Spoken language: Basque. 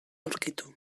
aurkitu